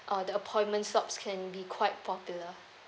uh the appointment slots can be quite popular